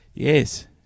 Yes